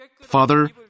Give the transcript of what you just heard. Father